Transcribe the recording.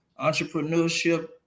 Entrepreneurship